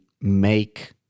make